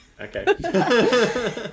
okay